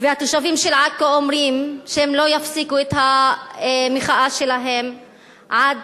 והתושבים של עכו אומרים שהם לא יפסיקו את המחאה שלהם עד